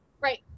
Right